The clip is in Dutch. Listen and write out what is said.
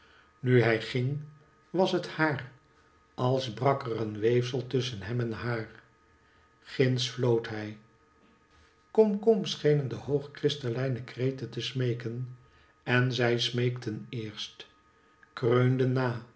nu hij ging was het haar als brak er een weefiel tusschen hem en haar ginds floot hij kom kom schenen de hoog kristallijnen kreten te smeeken en zij smeekten eerst kreunden